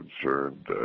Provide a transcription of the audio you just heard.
concerned